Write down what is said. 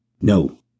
No